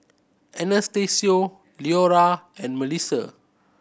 Anastacio Leora and Mellisa